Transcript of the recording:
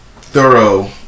thorough